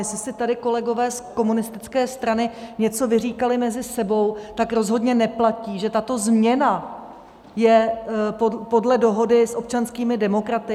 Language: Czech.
Jestli si tady kolegové z komunistické strany něco vyříkali mezi sebou, tak rozhodně neplatí, že tato změna je podle dohody s občanskými demokraty.